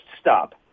stop